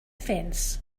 fence